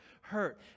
hurt